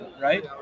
Right